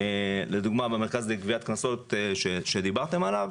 למשל במרכז לגביית קנסות שדיברתם עליו,